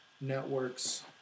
networks